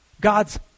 god's